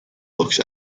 looks